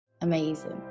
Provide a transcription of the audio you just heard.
amazing